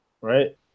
right